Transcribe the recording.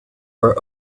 were